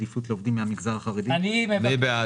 מי בעד